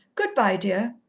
good-bye, dear.